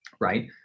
right